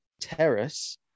Terrace